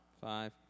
Five